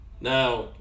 now